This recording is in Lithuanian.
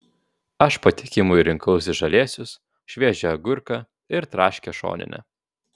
aš patiekimui rinkausi žalėsius šviežią agurką ir traškią šoninę